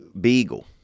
beagle